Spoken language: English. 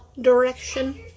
direction